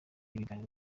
ibiganiro